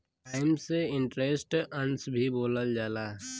times interest earned भी बोलल जाला